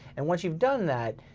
and once you've done that,